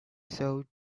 sewed